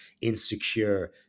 insecure